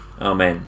amen